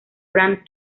brad